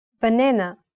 banana